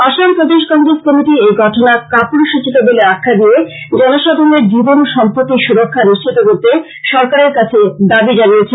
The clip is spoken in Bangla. আসাম প্রদেশ কংগ্রেস কমিটি এই ঘটনা কাপুরুষোচিত বলে আখ্যা দিয়ে জনসাধারনের জীবন ও সম্পত্তি সুরক্ষা নিশ্চিত করতে সরকারের কাছে দাবী জানিয়েছে